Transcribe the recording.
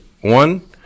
one